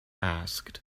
asked